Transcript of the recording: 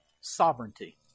sovereignty